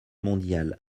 mondiale